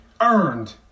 earned